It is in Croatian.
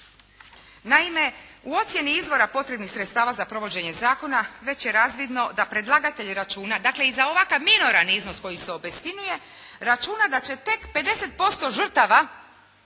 Naime, u ocjeni izvora potrebnih sredstava za provođenje zakona već je razvidno da predlagatelj računa, dakle i za ovakav minoran iznos koji se obistinjuje, računa da će tek 50% žrtava